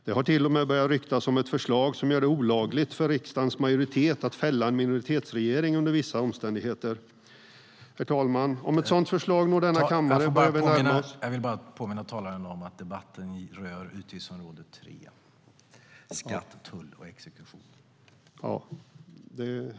Det har till och med börjat ryktas om ett förslag som gör det olagligt för riksdagens majoritet att under vissa omständigheter fälla en minoritetsregering. Det hänger ihop, herr talman.